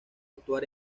actuar